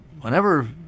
whenever